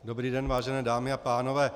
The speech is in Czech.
Dobrý den, vážené dámy a pánové.